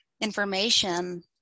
information